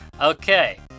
Okay